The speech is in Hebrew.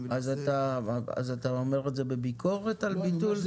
--- אז אתה אומר את זה בביקורת על ביטול?